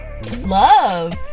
Love